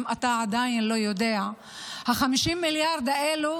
אם אתה עדיין לא יודע: ה-50 מיליארד האלו